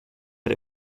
but